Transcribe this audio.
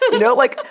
and know? like,